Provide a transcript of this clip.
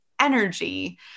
energy